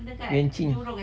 yuan ching